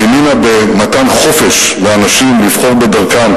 היא האמינה במתן חופש לאנשים לבחור בדרכם,